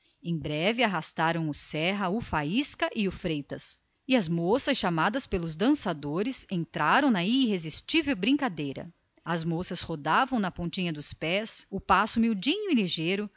em breve arrastaram o serra o faísca e o freitas e as moças chamadas por aqueles entraram na irresistível brincadeira elas rodavam na pontinha dos pés o passo miudinho e ligeiro